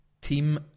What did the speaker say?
team